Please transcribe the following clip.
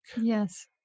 Yes